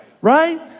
right